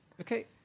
Okay